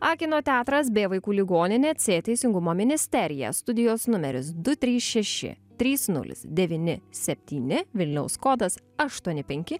a kino teatras b vaikų ligoninė c teisingumo ministerija studijos numeris du trys šeši trys nulis devyni septyni vilniaus kodas aštuoni penki